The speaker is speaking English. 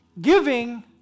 Giving